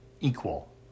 equal